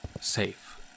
safe